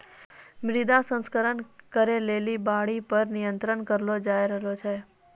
मृदा संरक्षण करै लेली बाढ़ि पर नियंत्रण करलो जाय छै